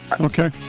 Okay